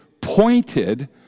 pointed